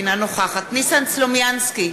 אינה נוכחת ניסן סלומינסקי,